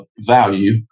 value